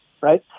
right